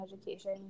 education